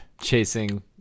chasing